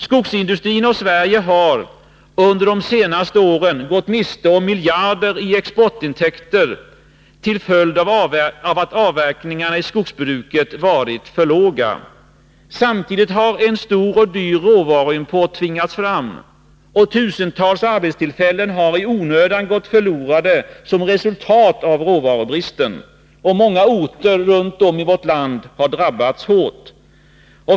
Skogsindustrin och Sverige har under de senaste åren gått miste om miljarder i exportintäkter till följd av att avverkningarna i skogsbruket varit för låga. Samtidigt har en stor och dyr råvaruimport tvingats fram. Tusentals arbetstillfällen har i onödan gått förlorade som resultat av råvarubristen. Många orter runt om i vårt land har drabbats hårt.